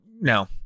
no